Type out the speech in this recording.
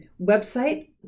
website